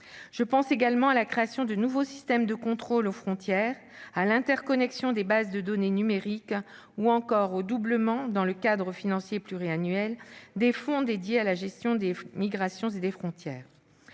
Je pense également à la création de nouveaux systèmes de contrôle aux frontières, à l'interconnexion des bases de données numériques ou encore au doublement, dans le cadre financier pluriannuel, des fonds dédiés à la gestion des migrations et des frontières.